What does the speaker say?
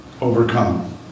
overcome